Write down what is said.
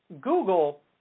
Google